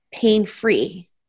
pain-free